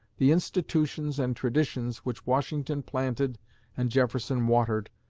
the institutions and traditions which washington planted and jefferson watered,